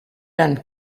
and